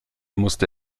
musste